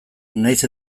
nahiz